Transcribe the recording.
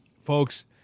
Folks